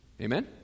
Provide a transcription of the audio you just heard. Amen